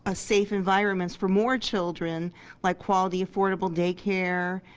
ah safe environments for more children like quality affordable daycare,